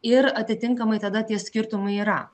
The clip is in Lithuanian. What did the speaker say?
ir atitinkamai tada tie skirtumai yra